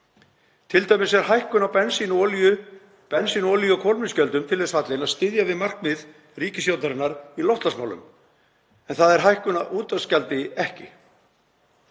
Til dæmis er hækkun á bensín-, olíu- og kolefnisgjöldum til þess fallin að styðja við markmið ríkisstjórnarinnar í loftslagsmálum en það er hækkun á útvarpsgjaldi ekki.